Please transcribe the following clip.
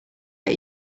let